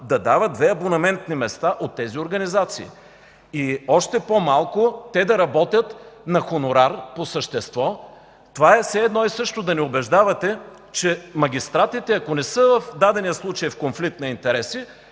да дава две абонаментни места на тези организации, и още по-малко – те да работят на хонорар по същество. Това е все едно и също да ни убеждавате, че магистратите, ако не са в дадения случай в конфликт на интереси,